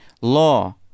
Law